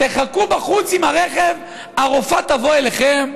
תחכו בחוץ עם הרכב והרופאה תבוא אליכם.